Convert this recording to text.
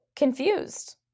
confused